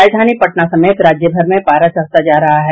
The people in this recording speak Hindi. राजधानी पटना समेत राज्य भर में पारा चढ़ता जा रहा है